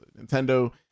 nintendo